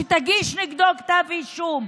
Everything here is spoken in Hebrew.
שתגיש נגדו כתב אישום.